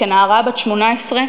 כנערה בת 18,